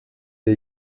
ihr